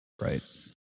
Right